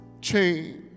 change